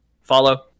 follow